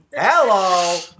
Hello